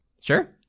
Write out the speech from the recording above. Sure